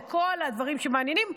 לכל הדברים שמעניינים,